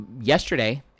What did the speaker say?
yesterday